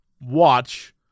watch